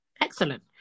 Excellent